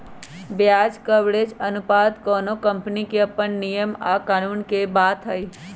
ब्याज कवरेज अनुपात कोनो कंपनी के अप्पन नियम आ कानून के बात हई